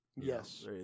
Yes